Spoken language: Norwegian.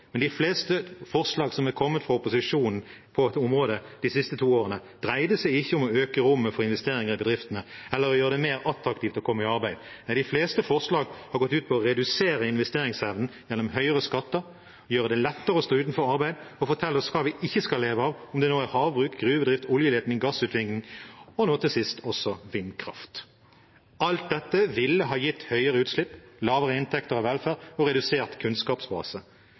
Men de fleste forslagene som er kommet fra opposisjonen på dette området de siste to årene, har ikke dreid seg om å øke rommet for investeringer i bedriftene eller gjøre det mer attraktivt å komme i arbeid. Nei, de fleste forslagene har gått ut på å redusere investeringsevnen gjennom høyere skatter, å gjøre det lettere å stå utenfor arbeid, og å fortelle oss hva vi ikke skal leve av – om det nå er havbruk, gruvedrift, oljeleting, gassutvinning og nå sist også vindkraft. Alt dette ville ha gitt høyere utslipp, lavere inntekter og mindre velferd og en redusert kunnskapsbase.